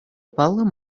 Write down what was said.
паллӑ